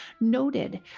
noted